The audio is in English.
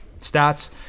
stats